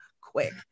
quick